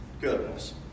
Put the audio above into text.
goodness